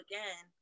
Again